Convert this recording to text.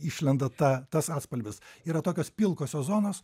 išlenda ta tas atspalvis yra tokios pilkosios zonos